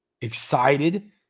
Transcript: excited